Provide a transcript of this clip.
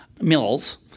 mills